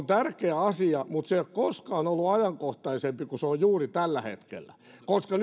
tärkeä asia mutta se ei ole koskaan ollut ajankohtaisempi kuin se on juuri tällä hetkellä koska